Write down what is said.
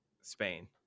Spain